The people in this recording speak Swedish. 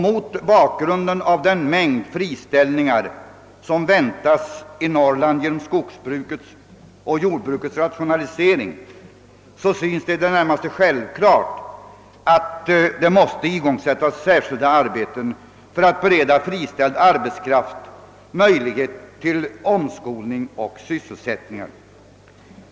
Mot bakgrunden av den mängd friställningar som väntas i Norrland genom skogsbrukets och jordbrukets rationalisering synes det i det närmaste självklart att särskilda arbeten måste igångsättas för att bereda friställd arbetskraft möjlighet till omskolning och sysselsättning.